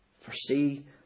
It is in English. foresee